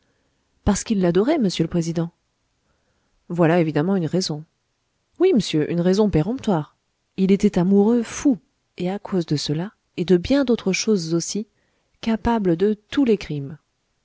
parce qu'il l'adorait m'sieur le président voilà évidemment une raison oui m'sieur une raison péremptoire il était amoureux fou et à cause de cela et de bien d'autres choses aussi capable de tous les crimes